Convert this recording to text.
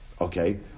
Okay